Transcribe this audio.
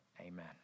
amen